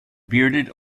bearded